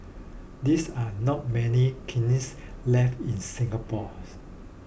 these are not many kilns left in Singapore